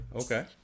Okay